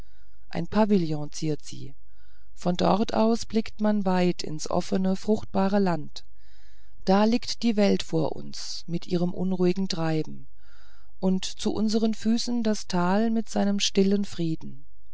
ein pavillon ziert sie von dort aus blickt man weit ins offene fruchtbare land da liegt die welt vor uns und ihr unruhiges treiben und zu unseren füßen das tal mit seinem stillen frieden